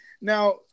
now